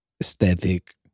aesthetic